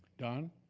don,